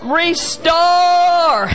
restore